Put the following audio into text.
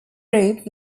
group